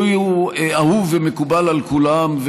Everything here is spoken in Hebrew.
הוא אהוב ומקובל על כולם.